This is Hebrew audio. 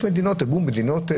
יש מדינות בעולם,